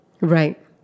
Right